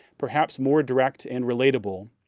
perhaps more direct and relatable,